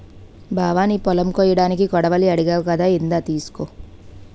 బావా నీ పొలం కొయ్యడానికి కొడవలి అడిగావ్ కదా ఇందా తీసుకో